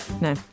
No